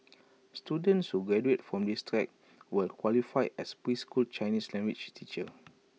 students who graduate from this track will qualify as preschool Chinese language teachers